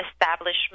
establishment